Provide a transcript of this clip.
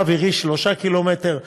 קו אווירי 3 קילומטר,